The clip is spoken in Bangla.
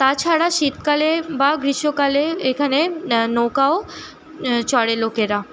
তাছাড়া শীতকালে বা গ্রীষ্মকালে এখানে নৌকাও চড়ে লোকেরা